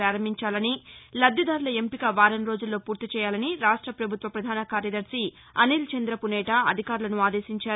ప్రారంభించాలని లబ్దిదారుల ఎంపిక వారం రోజుల్లో పూర్తిచేయాలని రాష్ట ప్రభుత్వ ప్రధాన కార్యదర్శి అనిల్ చంద పునేటా అధికారులను ఆదేశించారు